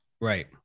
Right